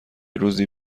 روزی